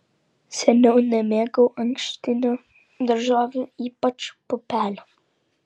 seniau nemėgau ankštinių daržovių ypač pupelių